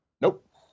Nope